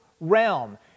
realm